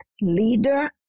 leader